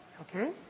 Okay